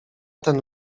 ten